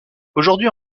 aujourd’hui